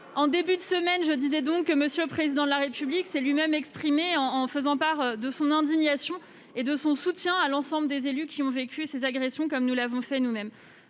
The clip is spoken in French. en début de semaine, M. le Président de la République s'est lui-même exprimé sur le sujet pour faire part de son indignation et de son soutien à l'ensemble des élus qui ont vécu ces agressions, comme nous l'avions fait nous-mêmes.